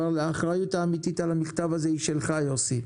אבל האחריות האמיתית על המכתב הזה היא שלך יוסי.